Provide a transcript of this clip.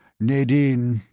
nadine,